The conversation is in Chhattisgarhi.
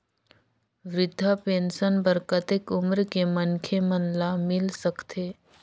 वृद्धा पेंशन बर कतेक उम्र के मनखे मन ल मिल सकथे?